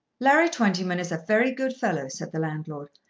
larry twentyman is a very good fellow, said the landlord.